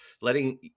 letting